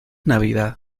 navidad